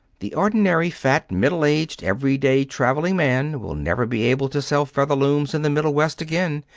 the ordinary fat, middle-aged, every-day traveling man will never be able to sell featherlooms in the middle west again.